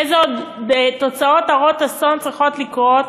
איזה עוד תוצאות הרות-אסון צריכות לקרות